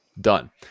done